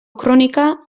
kronika